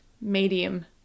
medium